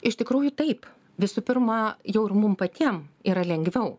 iš tikrųjų taip visų pirma jau ir mum patiem yra lengviau